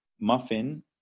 muffin